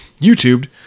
YouTubed